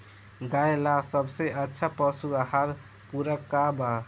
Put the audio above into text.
गाय ला सबसे अच्छा पशु आहार पूरक का बा?